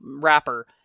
wrapper